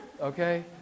Okay